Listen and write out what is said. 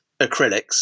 acrylics